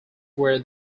were